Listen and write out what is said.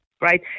right